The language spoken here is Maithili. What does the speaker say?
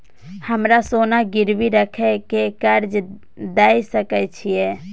हमरा सोना गिरवी रखय के कर्ज दै सकै छिए?